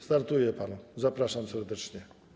Startuje pan, zapraszam serdecznie.